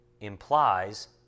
implies